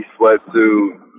sweatsuit